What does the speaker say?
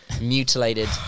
mutilated